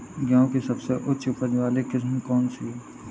गेहूँ की सबसे उच्च उपज बाली किस्म कौनसी है?